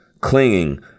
clinging